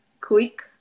quick